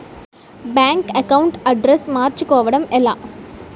Bank account address మార్చుకోవడం ఎలా?